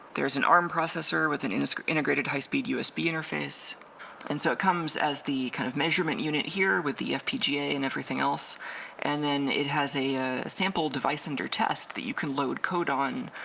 there's an arm processor with an integrated high-speed usb interface and so it comes as the kind of measurement unit here with the fpga and everything else and then it has a sample device under test that you can load code on,